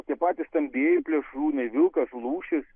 tie patys stambieji plėšrūnai vilkas lūšis